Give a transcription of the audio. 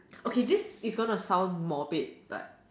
okay this is gonna sound morbid but